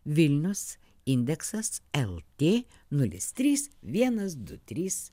vilnius indeksas lt nulis trys vienas du trys